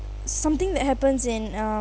something that happens in um